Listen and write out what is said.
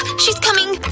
she's coming!